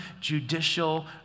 judicial